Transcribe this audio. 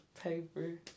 paper